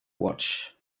watch